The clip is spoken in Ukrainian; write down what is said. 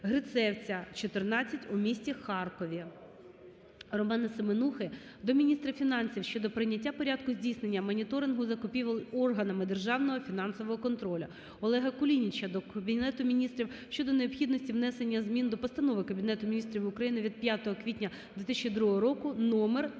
Грицевця, 14 у місті Харкові. Романа Семенухи до міністра фінансів щодо прийняття порядку здійснення моніторингу закупівель органами державного фінансового контролю. Олега Кулініча до Кабінету Міністрів щодо необхідності внесення змін до постанови Кабінету Міністрів України від 5 квітня 2002 року № 321.